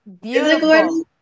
Beautiful